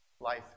life